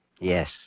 Yes